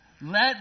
Let